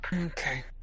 Okay